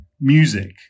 music